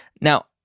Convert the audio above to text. Now